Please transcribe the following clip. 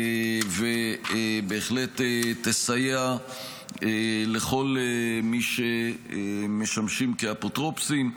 ובהחלט תסייע לכל מי שמשמשים כאפוטרופוסים.